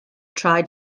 tried